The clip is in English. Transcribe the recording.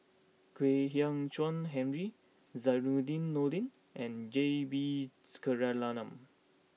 Kwek Hian Chuan Henry Zainudin Nordin and J B Jeyaretnam